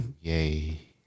yay